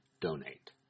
donate